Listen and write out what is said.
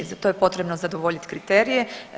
Za to je potrebno zadovoljiti kriterije.